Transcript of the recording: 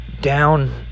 down